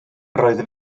roedd